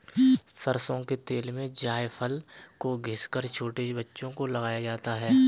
सरसों के तेल में जायफल को घिस कर छोटे बच्चों को लगाया जाता है